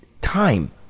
time